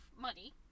money